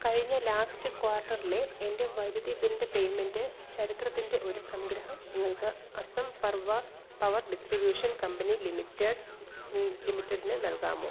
കഴിഞ്ഞ ലാസ്റ്റ് ക്വാർട്ടറിലെ എൻ്റെ വൈദ്യുതി ബില്ലിൻ്റെ പേയ്മെൻ്റ് ചരിത്രത്തിൻ്റെ ഒരു സംഗ്രഹം നിങ്ങൾക്ക് അസം പർവ പവർ ഡിസ്ട്രിബ്യൂഷൻ കമ്പനി ലിമിറ്റഡ് ലിമിറ്റഡിന് നൽകാമോ